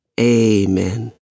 Amen